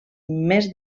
més